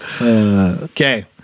okay